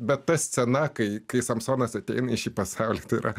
bet bet ta scena kai kai samsonas ateina į šį pasaulį tai yra